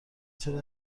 چرا